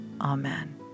Amen